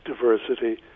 diversity